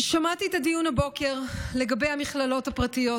שמעתי את הדיון הבוקר לגבי המכללות הפרטיות.